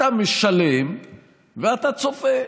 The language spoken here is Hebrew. אתה משלם ואתה צופה.